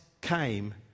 came